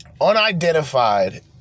unidentified